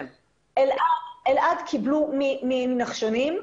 אלעד קיבלו מנחשונים,